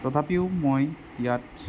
তথাপিও মই ইয়াত